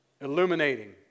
illuminating